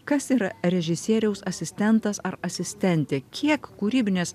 kas yra režisieriaus asistentas ar asistentė kiek kūrybinės